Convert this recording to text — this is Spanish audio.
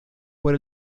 por